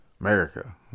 America